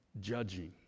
Judging